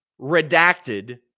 redacted